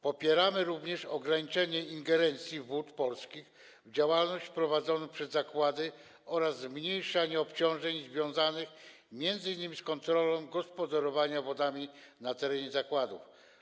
Popieramy również ograniczenie ingerencji Wód Polskich w działalność prowadzoną przez zakłady oraz zmniejszenie obciążeń związanych m.in. z kontrolą gospodarowania wodami na terenie zakładów.